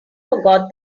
forgot